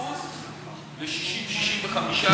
מ-20% ל-60% ו-65%.